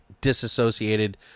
disassociated